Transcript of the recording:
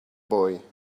boy